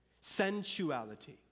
sensuality